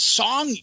song